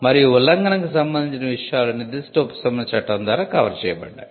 మరియు ఉల్లంఘనకు సంబంధించిన విషయాలు నిర్దిష్ట ఉపశమన చట్టం ద్వారా కవర్ చేయబడ్డాయి